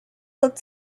looked